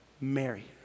Mary